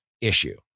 issue